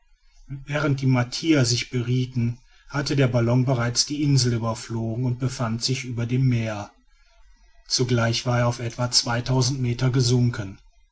während die martier sich berieten hatte der ballon bereits die insel überflogen und befand sich über dem meer zugleich war er auf etwa zweitausend meter gesunken